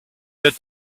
that